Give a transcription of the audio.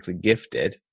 gifted